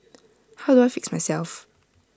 how do I fix myself